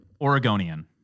Oregonian